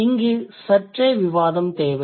இங்கு சற்றே விவாதம் தேவை